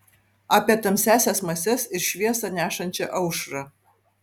apie tamsiąsias mases ir šviesą nešančią aušrą